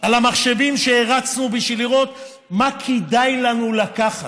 על המחשבים שהרצנו בשביל לראות מה כדאי לנו לקחת: